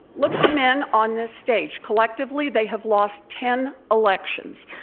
look at the men on this stage. collectively, they have lost ten elections.